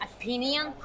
opinion